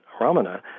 Ramana